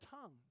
tongue